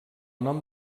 nom